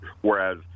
Whereas